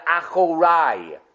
Achorai